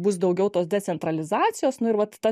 bus daugiau tos decentralizacijos nu ir vat ta